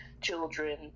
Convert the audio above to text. children